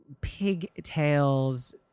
pigtails